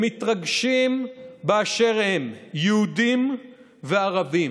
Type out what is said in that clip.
הם מתרגשים באשר הם, יהודים וערבים,